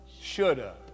shoulda